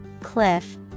cliff